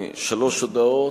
שלוש הודעות,